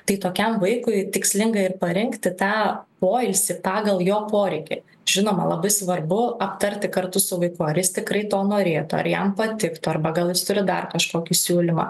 tai tokiam vaikui tikslinga ir parengti tą poilsį pagal jo poreikį žinoma labai svarbu aptarti kartu su vaiku ar jis tikrai to norėtų ar jam patiktų arba gal jis turi dar kažkokį siūlymą